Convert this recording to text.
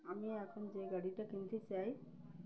আমি এখন যে গাড়িটা কিনতে চাই